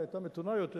היא היתה מתונה יותר,